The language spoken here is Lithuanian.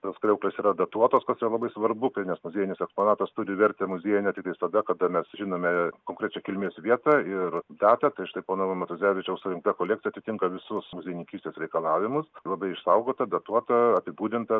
tos kriauklės yra datuotos kas yra labai svarbu kai nes muziejinis eksponatas turi vertę muziejinę tiktais tada kada mes žinome konkrečią kilmės vietą ir datą tai štai pono matuzevičiaus surinkta kolekcija atitinka visus muziejininkystės reikalavimus labai išsaugota datuota apibūdinta